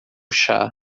chá